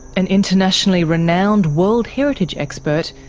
an internationally renowned world heritage expert,